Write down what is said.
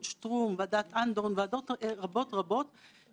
התברר לנו שיש לנו פה רגולטור שבוי,